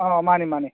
ꯑꯥ ꯃꯥꯅꯤ ꯃꯥꯅꯤ